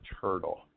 turtle